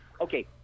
Okay